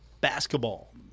basketball